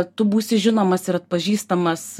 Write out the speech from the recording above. tu būsi žinomas ir atpažįstamas